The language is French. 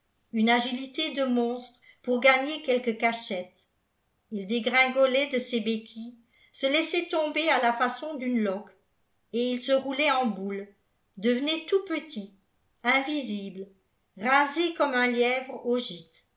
une agilité de monstre pour gagner quelque cachette il dégringolait de ses béquilles se laissait tomber à la façon d'une loque et il se roulait en boule devenait tout petit invisible rasé comme un lièvre